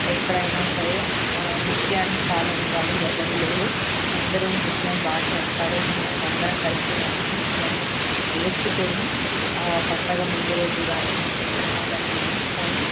ఎప్పుడైనా సరే నృత్యానికి కాదనే వాళ్ళు ఎవ్వరూ లేరు అందరూ నృత్యం బాగా చేస్తారు మేము అందరం కలిసి మెలిసి నృత్యాన్ని నేర్చుకొని పండుగ ముందు రోజు కానీ ఎక్కడన్నా కాని నేర్చుకొని